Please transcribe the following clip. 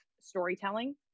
storytelling